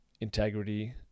integrity